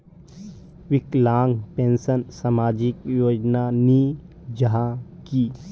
विकलांग पेंशन सामाजिक योजना नी जाहा की?